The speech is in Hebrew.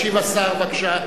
ישיב השר, בבקשה.